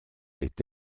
est